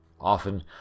often